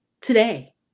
today